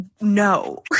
No